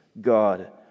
God